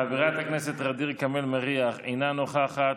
חברת הכנסת ע'דיר כמאל מריח, אינה נוכחת,